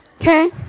Okay